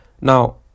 Now